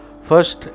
First